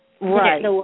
Right